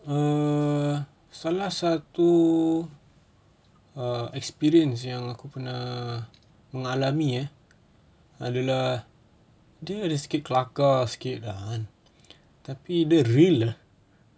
err salah satu err experience yang aku pernah mengalami ah adalah dia ada sikit kelakar sikit lah ah tapi dia real ah